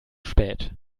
spät